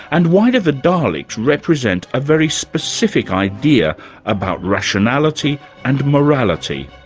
and why do the daleks represent a very specific idea about rationality and morality?